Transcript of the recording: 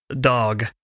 dog